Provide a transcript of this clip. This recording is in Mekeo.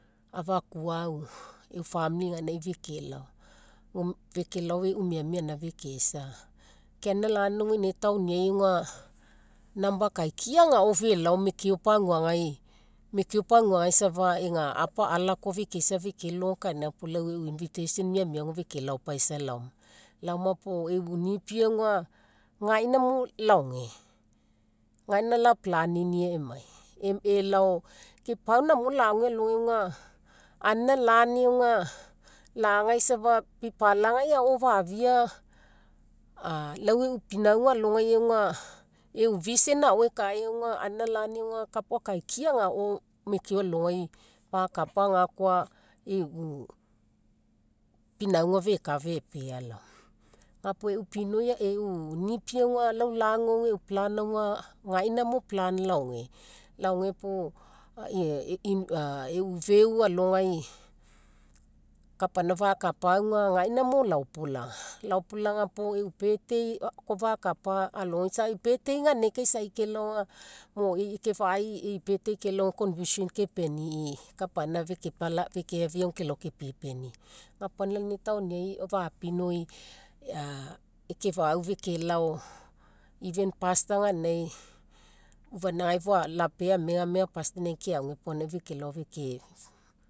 Afakuau, famili gainai fekelao, fekelao fekelao e'u miamia gaina fekeisa. Ke anina lani auga inae taoniai auga number akaikiai ao felao, mekeo paguagai, mekeo paguagai ega apa alakoa fekeisa fekelogo kainai puo lau e'u invitation miamia fekelao paisa laoma, laoma puo e'u nipi auga gaina mo laoge gaina la planinia emai elao, ke pau namo lague alogai auga anina lani auga, lagai safa pipalagai ao fafia lau e'u pinauga alogai auga, e'u vision ao ekae auga anina lani auga kapa ao akaikia agao mekeo alogai fakapa ga koa e'u, pinauga feka fepea laoma. Ga puo e'u pinoi auga e'u nipi lau lagu e'u plan auga gaina mo plan laoge. Laoge puo, e'u feu alogai kapaina fakapa auga gaina mo laopolaga, laopolaga puo e'u birthday ga koa fakapa alogai, e'u birthday ganinagai kai isa kelao auga, mo ekefa'ii kelao auga e'i birthday kelao auga, mo contribution kepenii kapaina fekeafia kelao kepipenii. Ga puo lau inae taoniai fapinoi ekefa'au fekelao even pastor ganinagai, ufainagai fou lapea amegamega inae keagu puo gaina fekelao feke